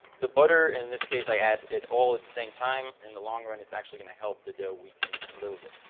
the butter, in this case, i add it all at the same time. in the long run, it's actually going to help the dough weaken a little bit.